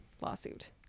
lawsuit